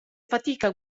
fatica